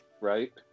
right